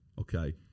okay